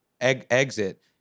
exit